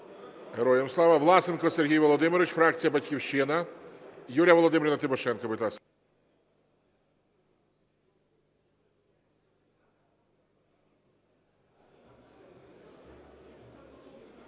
Героям слава! Власенко Сергій Володимирович, фракція "Батьківщина". Юлія Володимирівна Тимошенко, будь ласка.